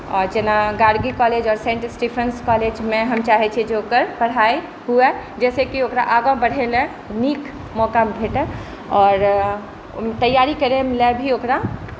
आओर जेना गार्गी कॉलेज आओर सेन्ट स्टीफेन्स कॉलेजमे हम चाहै छिए जे ओकर पढ़ाइ हुअए जाहिसँ कि ओकरा आगाँ बढ़ैलए नीक मौका भेटै आओर ओहिमे तैयारी करैलए भी ओकरा